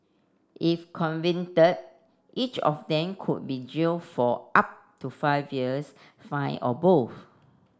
if convicted each of them could be jailed for up to five years fined or both